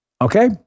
Okay